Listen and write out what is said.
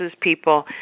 people